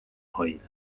hoida